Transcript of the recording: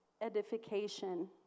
edification